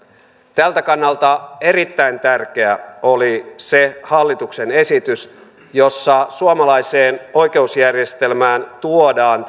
tältä kannalta erittäin tärkeä oli se hallituksen esitys jossa suomalaiseen oikeusjärjestelmään tuodaan